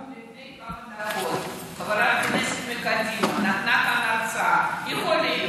לפני כמה דקות חברת הכנסת מקדימה נתנה כאן הצעה: יכול להיות